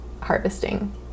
harvesting